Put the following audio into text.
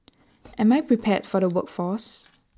am I prepared for the workforce